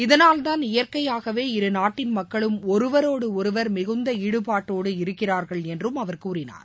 இதனால்தான் இயற்கையாகவே இருநாட்டின் மக்களும் ஒருவரோடு ஒருவர் மிகுந்த ஈடுபாட்டோடு இருக்கிறார்கள் என்றும் அவர் கூறினார்